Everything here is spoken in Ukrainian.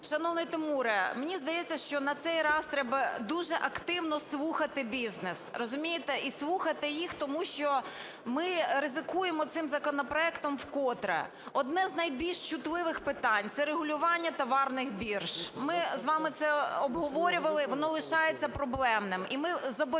Шановний Тимуре, мені здається, що на цей раз треба дуже активно слухати бізнес, розумієте. І слухати їх тому, що ми ризикуємо цим законопроектом вкотре. Одне з найбільш чутливих питань – це регулювання товарних бірж. Ми з вами це обговорювали, воно лишається проблемним,